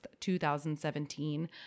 2017